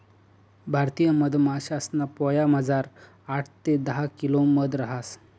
भारतीय मधमाशासना पोयामझार आठ ते दहा किलो मध रहास